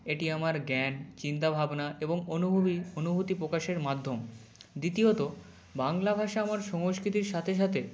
এটি আমার জ্ঞান চিন্তা ভাবনা এবং অনুভূমি অনুভূতি পোকাশের মাধ্যম দ্বিতীয়ত বাংলা ভাষা আমার সংস্কৃতির সাথে সাথে